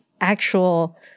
actual